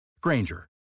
Granger